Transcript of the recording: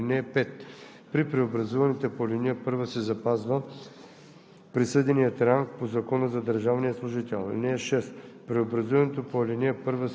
за изпитване, като за тях изтеклият към преобразуването срок се зачита. (5) При преобразуването по ал. 1 се запазва